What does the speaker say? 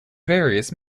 various